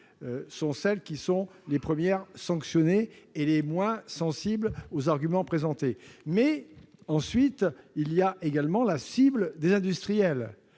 sont celles qui sont les premières sanctionnées et les moins sensibles aux arguments présentés. Elle peut également s'adresser aux industriels,